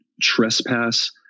trespass